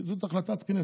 כי זאת החלטת כנסת.